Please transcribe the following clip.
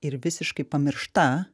ir visiškai pamiršta